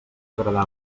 agradava